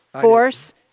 Force